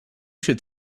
should